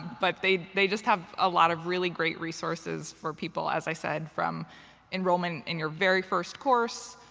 but they they just have a lot of really great resources for people, as i said, from enrollment in your very first course,